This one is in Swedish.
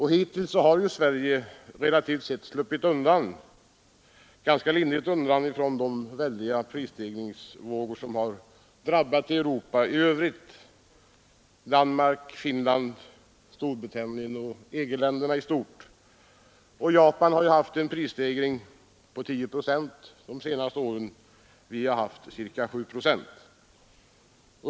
Hittills har Sverige relativt sett sluppit ganska lindrigt undan de väldiga prisstegringsvågor som drabbat Europa i övrigt. Jag tänker på Danmark, Finland, Storbritannien och EG-länderna i stort. Och Japan har haft en prisstegring på 10 procent det senaste året. Vi har haft ca 7 procent.